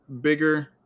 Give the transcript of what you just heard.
bigger